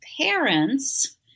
parents